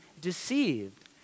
deceived